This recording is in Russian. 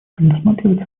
предусматривается